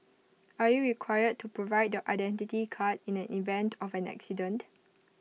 are you required to provide your Identity Card in an event of an accident